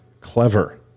clever